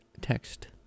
Text